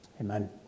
Amen